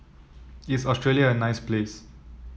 is Australia a nice place